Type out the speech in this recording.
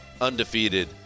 undefeated